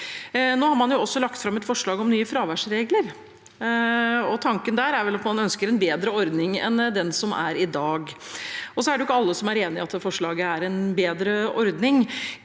Nå har man også lagt fram et forslag om nye fraværsregler, og tanken er vel at man ønsker en bedre ordning enn den som er i dag. Så er det ikke alle som er enig i at forslaget er en bedre ordning.